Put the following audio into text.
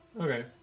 Okay